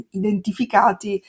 identificati